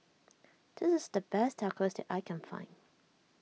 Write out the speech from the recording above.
this is the best Tacos that I can find